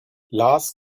lars